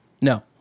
No